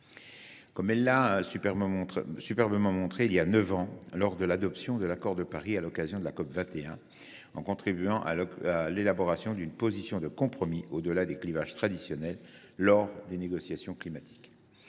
comme elle l’a superbement montré il y a neuf ans lors de l’adoption de l’accord de Paris à l’occasion de la COP21, en contribuant à l’élaboration d’une position de compromis au delà des clivages traditionnels lors des négociations climatiques.